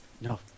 No